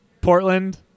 Portland